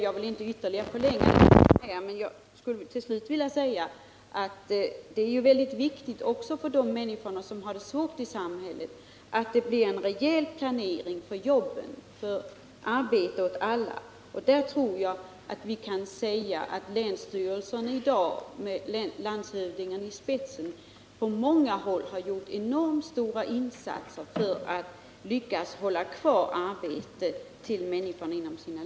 Jag skall inte ytterligare förlänga debatten, men jag vill framhålla att det för de människor som har det svårt i samhället är viktigt med en rejäl planering för arbete åt alla. Länsstyrelsen med landshövdingen i spetsen har i dag på många håll gjort enormt stora insatser för att hålla kvar arbeten åt människorna inom länet.